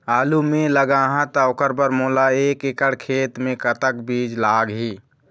आलू मे लगाहा त ओकर बर मोला एक एकड़ खेत मे कतक बीज लाग ही?